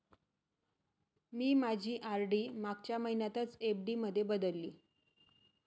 मी माझी आर.डी मागच्या महिन्यातच एफ.डी मध्ये बदलली